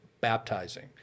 baptizing